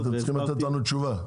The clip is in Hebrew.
ואתם צריכים לתת לנו תשובה.